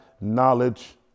knowledge